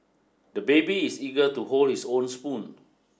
the baby is eager to hold his own spoon